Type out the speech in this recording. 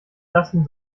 lasten